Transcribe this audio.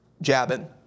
jabbing